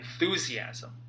enthusiasm